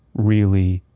really,